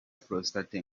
prostate